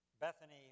Bethany